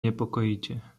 niepokoicie